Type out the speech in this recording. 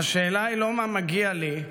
"השאלה היא לא מה מגיע לי,